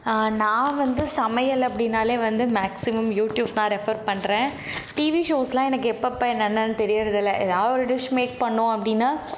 நான் வந்து சமையல் அப்படினாலே வந்து மேக்ஸிமம் யூடியூப் தான் ரெஃபர் பண்றேன் டிவி ஷோஸ்லாம் எனக்கு எப்பப்போ என்னனு தெரிவது இல்லை எதாவது ஒரு டிஷ் மேக் பண்ணும் அப்படினா